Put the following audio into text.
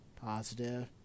Positive